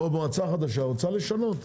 או מועצה חדשה, רוצה לשנות.